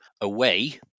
away